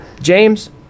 James